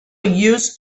used